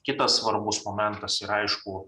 kitas svarbus momentas yra aišku